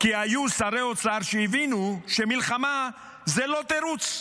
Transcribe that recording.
כי היו שרי האוצר שהבינו שמלחמה זה לא תירוץ.